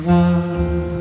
one